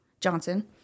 Johnson